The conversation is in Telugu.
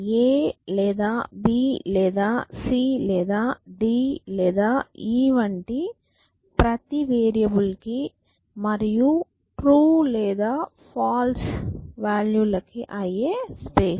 a లేదా b లేదా c లేదా d లేదా e వంటి ప్రతి వేరియబుల్ కి మరియి ట్రూ లేదా ఫాల్స్ వాల్యూ లకి ఆయ్యే స్పేస్